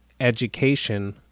Education